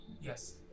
Yes